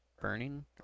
burning